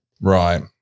Right